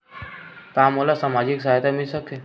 का मोला सामाजिक सहायता मिल सकथे?